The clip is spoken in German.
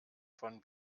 von